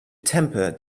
temper